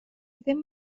ddim